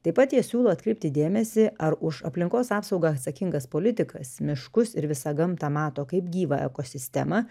taip pat jie siūlo atkreipti dėmesį ar už aplinkos apsaugą atsakingas politikas miškus ir visą gamtą mato kaip gyvą ekosistemą